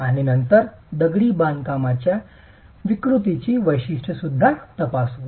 आणि नंतर दगडी बांधकामाच्या विकृतीची वैशिष्ट्ये तपासु